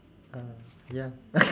uh ya